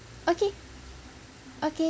okay okay